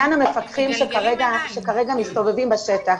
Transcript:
המפקחים שכרגע מסתובבים בשטח.